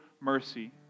mercy